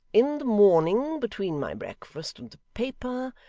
in the morning, between my breakfast and the paper,